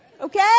Okay